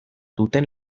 duten